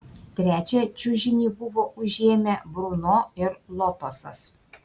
trečią čiužinį buvo užėmę bruno ir lotosas